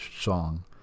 song